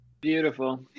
Beautiful